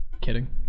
Kidding